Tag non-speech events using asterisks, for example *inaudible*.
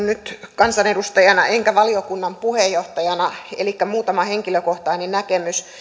*unintelligible* nyt kansanedustajana enkä valiokunnan puheenjohtajana elikkä muutama henkilökohtainen näkemys